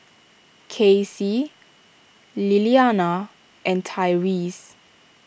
Kaycee Lilianna and Tyreese